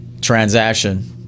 transaction